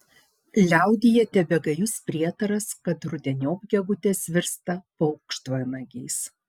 liaudyje tebegajus prietaras kad rudeniop gegutės virsta paukštvanagiais